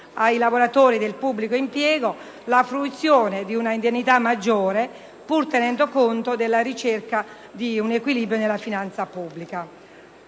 ai lavoratori del pubblico impiego la fruizione di un'indennità maggiore, pur tenendo conto della ricerca di un equilibrio nella finanza pubblica.